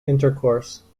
intercourse